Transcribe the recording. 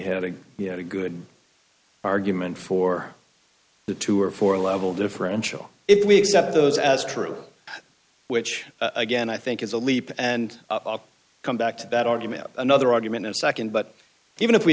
have a good argument for the two or four level differential if we accept those as true which again i think is a leap and come back to that argument another argument in a nd but even if we